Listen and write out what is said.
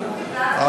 בנושא הדיור הציבורי,